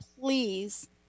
please